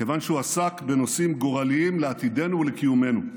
כיוון שהוא עסק בנושאים גורליים לעתידנו ולקיומנו.